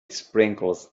sprinkles